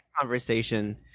conversation